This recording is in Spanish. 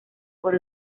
por